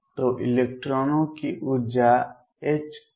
तो इलेक्ट्रॉनों की ऊर्जा 2kF22m